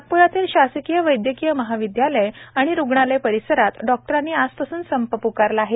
नागप्रातील शासकीय वैदयकीय महाविदयालय आणिरुग्णालय परिसरात डॉक्टरांनी आजपास्न संप प्कारला आहे